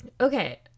okay